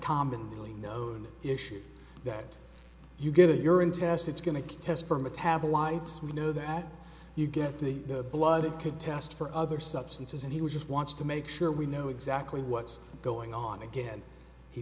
commonly known issue that you get a urine test it's going to test for metabolites we know that you get the blood it could test for other substances and he was just wants to make sure we know exactly what's going on again he